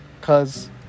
cause